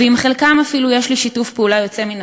ועם חלקם אפילו יש לי שיתוף פעולה יוצא מן